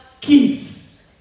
kids